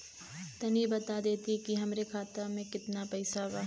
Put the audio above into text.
तनि बता देती की हमरे खाता में कितना पैसा बा?